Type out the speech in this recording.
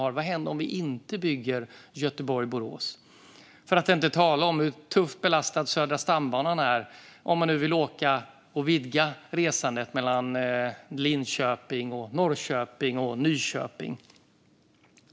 Vad händer om vi inte bygger ut sträckan Göteborg-Borås? För att inte tala om hur tufft belastad Södra stambanan är, om vi vill vidga resandet mellan Linköping, Norrköping och Nyköping.